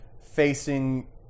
facing